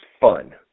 fun